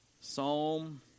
Psalm